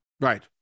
right